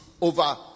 over